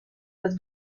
los